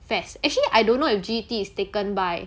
F_A_S_S actually I don't know if G_E_T is taken by